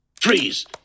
Freeze